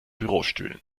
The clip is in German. bürostühlen